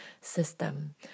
system